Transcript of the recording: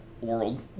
world